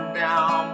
down